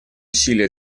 усилия